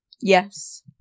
Yes